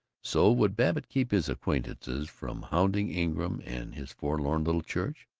so would babbitt keep his acquaintances from hounding ingram and his forlorn little church?